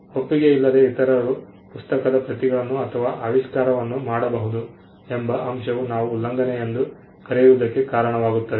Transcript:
ಒಪ್ಪಿಗೆಯಿಲ್ಲದ ಇತರರು ಪುಸ್ತಕದ ಪ್ರತಿಗಳನ್ನು ಅಥವಾ ಆವಿಷ್ಕಾರವನ್ನು ಮಾಡಬಹುದು ಎಂಬ ಅಂಶವು ನಾವು ಉಲ್ಲಂಘನೆ ಎಂದು ಕರೆಯುವುದಕ್ಕೆ ಕಾರಣವಾಗುತ್ತದೆ